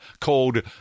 called